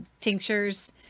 tinctures